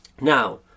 Now